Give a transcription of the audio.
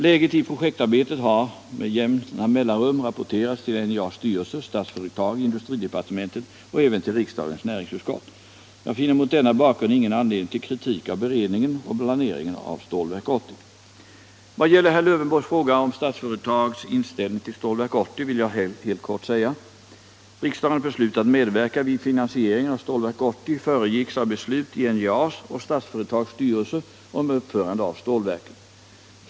Läget i projektarbetet har med jämna mellanrum rapporterats till NJA:s styrelse, Statsföretag och industridepartementet samt även till riksdagens näringsutskott. Jag finner mot denna bakgrund ingen anledning till kritik av beredningen och planeringen av Stålverk 80. I vad gäller herr Lövenborgs fråga om Statsföretags inställning till Stålverk 80 vill jag helt kort säga: Riksdagens beslut att medverka vid finansieringen av Stålverk 80 föregicks av beslut i NJA:s och Statsföretags styrelser om uppförande av stålverket.